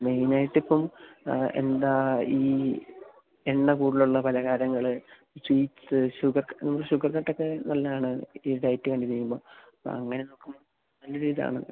മേയ്നായിട്ടിപ്പം എന്താ ഈ എണ്ണ കൂടുതലുള്ള പലഹാരങ്ങൾ ചീസ്സ് ഷുഗർക് നമ്മൾ ഷുഗർ കട്ടൊക്കേ നല്ലതാണ് ഈ ഡയറ്റ് കണ്ടിന്യൂ ചെയ്യുമ്പോൾ അപ്പം അങ്ങനെ നോക്കുമ്പം നല്ലൊരിതാണ്